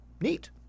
Neat